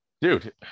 dude